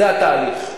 זה התהליך.